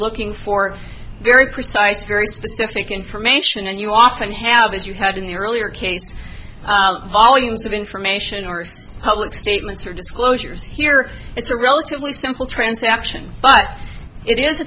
looking for very precise very specific information and you often have as you had in the earlier case volumes of information or public statements or disclosures here it's a relatively simple transaction but it is